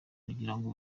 ngo